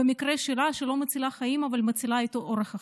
שלא מצילה חיים במקרה שלה אבל מצילה את אורח החיים,